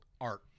art